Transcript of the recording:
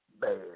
bad